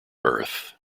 earth